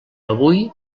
avui